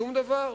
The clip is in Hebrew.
שום דבר.